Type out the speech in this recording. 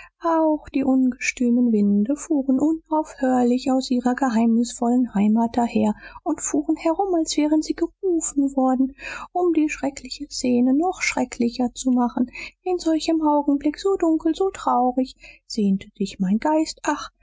auch die ungestümen winde fuhren unaufhörlich aus ihrer geheimnisvollen heimat daher und fuhren herum als wären sie gerufen worden um die schreckliche szene noch schrecklicher zu machen in solchem augenblick so dunkel so traurig sehnte sich mein geist ach